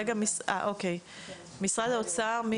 רגע, משרד האוצר.